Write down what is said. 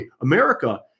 America